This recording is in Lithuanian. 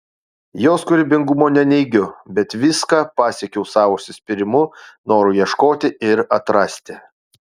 jos kūrybingumo neneigiu bet viską pasiekiau savo užsispyrimu noru ieškoti ir atrasti